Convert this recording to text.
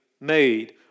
made